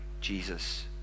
Jesus